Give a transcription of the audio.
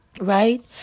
Right